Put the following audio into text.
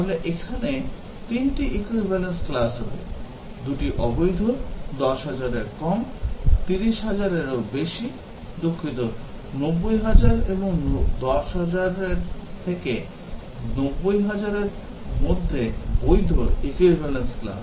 তাহলে এখানে 3 টি equivalence class হবে 2 টি অবৈধ 10000 এর চেয়ে কম 30000 এরও বেশি দুঃখিত 90000 এবং 10000 থেকে 90000 এর মধ্যে বৈধ equivalence class